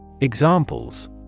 Examples